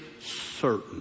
certain